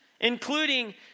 including